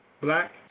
Black